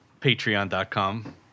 patreon.com